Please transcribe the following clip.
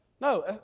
No